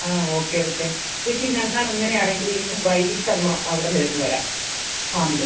ആ okay okay ചേച്ചി ഞങ്ങൾ അങ്ങനെയാണെങ്കിൽ ഇന്ന് വൈകീട്ട് തന്നെ അവിടംവരെ ഒന്ന് വരാം ഫാമിൽ